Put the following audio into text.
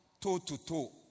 toe-to-toe